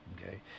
Okay